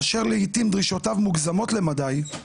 ואשר לעיתים דרישותיו מוגזמות למדי,